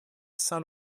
saint